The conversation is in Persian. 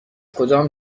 کدام